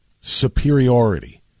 superiority